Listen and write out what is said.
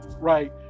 Right